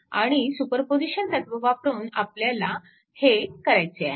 आणि सुपरपोजिशन तत्व वापरून आपल्याला हे करायचे आहे